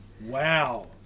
Wow